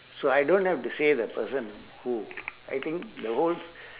so I don't have to say the person who I think the whole s~